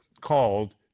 called